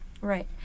Right